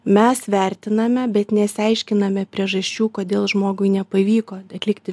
mes vertiname bet nesiaiškiname priežasčių kodėl žmogui nepavyko atlikti